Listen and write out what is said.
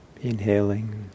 inhaling